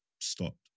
Stopped